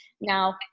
now